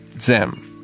ZEM